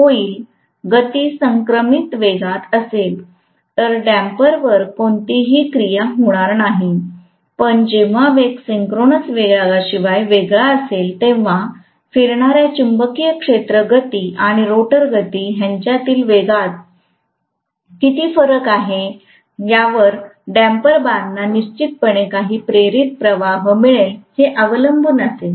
गती समक्रमित वेगात असेल तर डम्पर वर कोणतीही क्रिया होणार नाही पण जेव्हा वेग सिंक्रोनस वेगाशिवाय वेगळा असेल तेव्हा फिरणाऱ्या चुंबकीय क्षेत्र गती आणि रोटर गती ह्यांच्यातील वेगात किती फरक आहे यावर डम्पर बारना निश्चितपणे किती प्रेरित प्रवाह मिळेल हे अवलंबून असेल